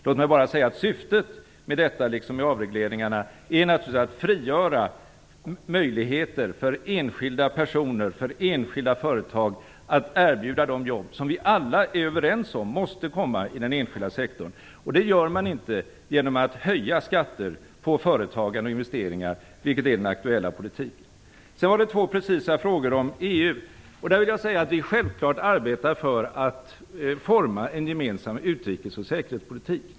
Låt mig bara säga att syftet med detta, liksom med avregleringarna, är naturligtvis att frigöra möjligheter för enskilda personer och enskilda företag att erbjuda de jobb som vi alla är överens om måste komma i den enskilda sektorn. Det gör man inte genom att höja skatter på företag och på investeringar, vilket är den aktuella politiken. Gudrun Schyman hade också två precisa frågor om EU. Det är självklart att vi arbetar för att forma en gemensam utrikes och säkerhetspolitik.